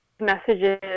messages